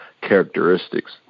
characteristics